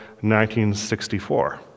1964